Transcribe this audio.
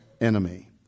enemy